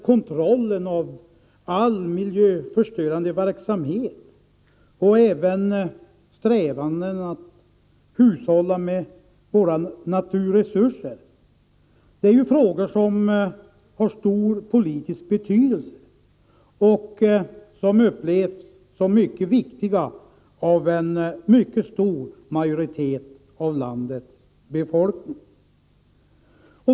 Kontrollen av all miljöförstörande verksamhet och strävandena att hushålla med våra naturresurser är ju frågor av stor politisk betydelse och upplevs såsom mycket viktiga av en stor majoritet av landets befolkning.